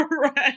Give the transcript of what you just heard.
Right